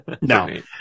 no